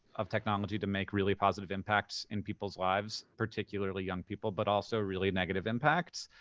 of technology to make really positive impacts in people's lives, particularly young people, but also really negative impacts.